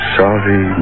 sorry